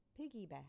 Piggyback